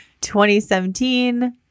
2017